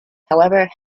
however